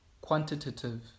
quantitative